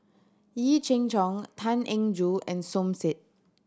Yee Jenn Jong Tan Eng Joo and Som Said